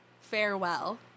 farewell